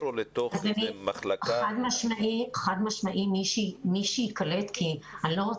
חד משמעית אותם תלמידים הולכים להיפגע.